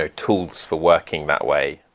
ah tools for working that way.